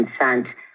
consent